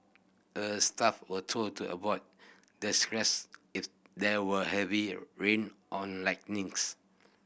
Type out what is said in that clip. all staff were told to avoid that stretch if there were heavy rain or lightnings